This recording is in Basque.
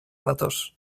datoz